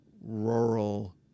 rural